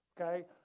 okay